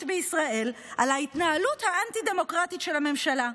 בישראל על ההתנהלות האנטי-דמוקרטית של הממשלה.